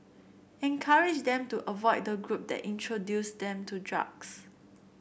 encourage them to avoid the group that introduced them to drugs